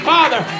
Father